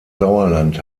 sauerland